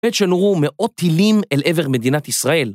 האמת שנורו מאות טילים אל עבר מדינת ישראל.